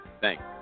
Thanks